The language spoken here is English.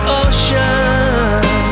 ocean